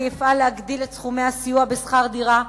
אני אפעל להגדיל את סכומי הסיוע בשכר דירה,